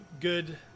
good